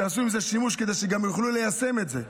שיעשו בהם שימוש כדי שגם יוכלו ליישם את זה.